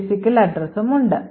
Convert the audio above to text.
physical addressesഉം ഉണ്ട്